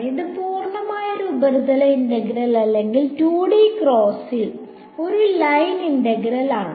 ഇത് പൂർണ്ണമായും ഒരു ഉപരിതല ഇന്റഗ്രൽ അല്ലെങ്കിൽ 2D കേസിൽ ഒരു ലൈൻ ഇന്റഗ്രൽ ആണ്